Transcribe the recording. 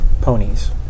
ponies